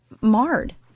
marred